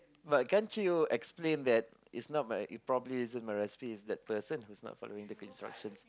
but can't you explain that is not my is probably is just my recipe is that person who's not following the instructions